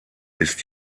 ist